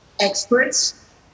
experts